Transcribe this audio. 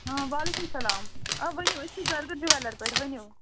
آ وعلیکُم سلام آ ؤنِو أسۍ چھِ زرگر جیوَلَر پیٚٹھ ؤنِو